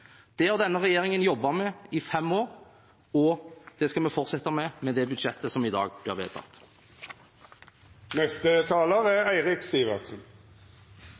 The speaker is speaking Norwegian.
Det har denne regjeringen jobbet med i fem år, og det skal vi fortsette med, med det budsjettet som i dag blir vedtatt. Kommunene er